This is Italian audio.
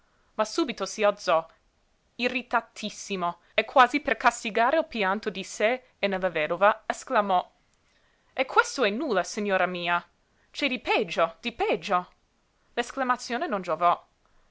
ma subito si alzò irritatissimo e quasi per castigare il pianto di sé e nella vedova esclamò e questo è nulla signora mia c'è di peggio di peggio l'esclamazione non giovò